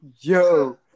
Yo